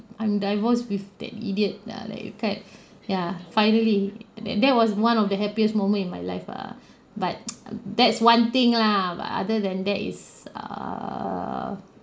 I'm divorced with that idiot lah like you cut ya finally that that was one of the happiest moment in my life ah but that's one thing lah but other than that is err